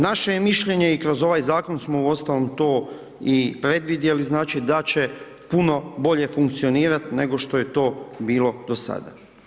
Naše je mišljenje i kroz ovaj zakon smo uostalom to i predvidjeli znači da će puno bolje funkcionirati nego što je to bilo do sada.